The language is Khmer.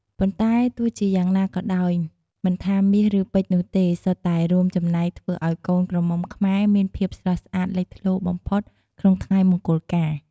ប៉ុន្តែទោះជាយ៉ាងណាក៏ដោយ មិនថាមាស ឬពេជ្រនោះទេ សុទ្ធតែរួមចំណែកធ្វើឱ្យកូនក្រមុំខ្មែរមានភាពស្រស់ស្អាតលេចធ្លោបំផុតក្នុងថ្ងៃមង្គលការ។